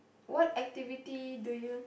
what activity do you